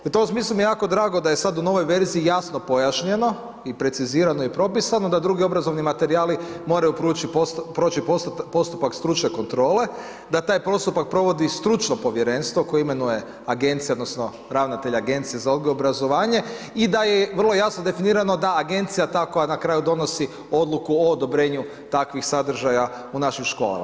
U tom smislu mi je jako drago da je sad u novoj verziji jasno pojašnjeno i precizirano i propisano, da drugi obrazovni materijali moraju proći postupak stručne kontrole, da taj postupak provodi stručno povjerenstvo koje imenuje agencija, odnosno ravnatelj Agencije za odgoj i obrazovanje, i da je vrlo jasno definirano da je Agencija ta koja na kraju donosi odluku o odobrenju takvih sadržaja u našim školama.